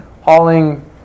hauling